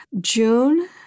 June